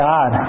God